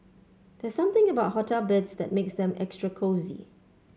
there's something about hotel beds that makes them extra cosy